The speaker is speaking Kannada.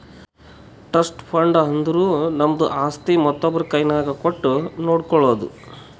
ಟ್ರಸ್ಟ್ ಫಂಡ್ ಅಂದುರ್ ನಮ್ದು ಆಸ್ತಿ ಮತ್ತೊಬ್ರು ಕೈನಾಗ್ ಕೊಟ್ಟು ನೋಡ್ಕೊಳೋದು